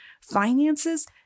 finances